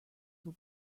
will